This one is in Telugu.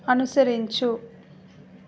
అనుసరించు